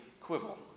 quibble